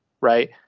right